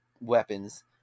weapons